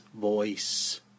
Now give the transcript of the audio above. voice